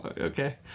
Okay